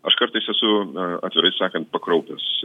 aš kartais esu atvirai sakant pakraupęs